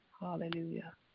Hallelujah